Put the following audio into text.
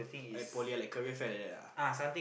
I poly I like career fair like that lah